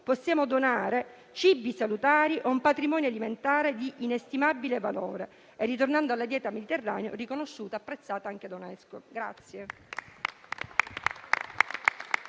possiamo donare cibi salutari e un patrimonio alimentare di inestimabile valore, tornando alla dieta mediterranea, riconosciuta e apprezzata anche dall'UNESCO.